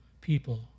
people